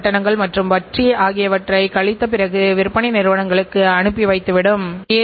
உங்கள் அமைப்பு break even என்கின்ற சமபுள்ளியில் செயல்பட வேண்டும்